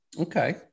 Okay